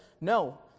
no